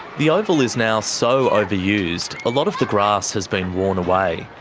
the oval is now so overused, a lot of the grass has been worn away.